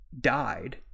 died